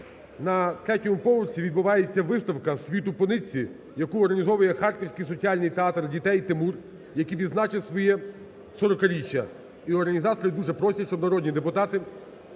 третьому поверсі відбувається виставка "Світ ………", яку організовує харківський соціальний театр дітей "Тимур", який відзначив своє 40-річчя. І організатори дуже просять, щоби народні депутати